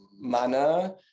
manner